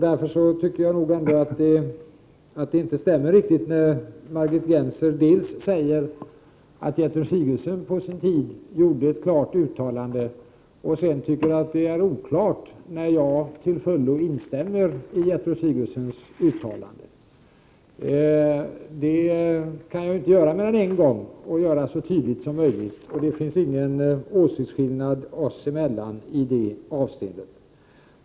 Därför tycker jag inte att det stämmer riktigt när Margit Gennser dels säger att Gertrud Sigurdsen på sin tid gjorde ett klart uttalande, dels säger att det är oklart när jag till fullo instämmer i Gertrud Sigurdsens uttalande. Jag kan inte göra mer än instämma i Gertrud Sigurdsens uttalande och göra det så tydligt som möjligt. Det finns inte någon åsiktsskillnad oss emellan i det avseendet.